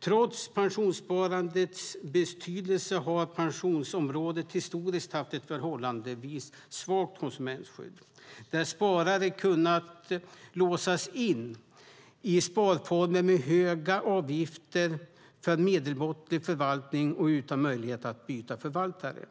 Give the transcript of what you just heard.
Trots pensionssparandets betydelse har pensionsområdet historiskt haft ett förhållandevis svagt konsumentskydd, där sparare kunnat låsas in i sparformer med höga avgifter för medelmåttig förvaltning och utan möjlighet att byta förvaltare.